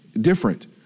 different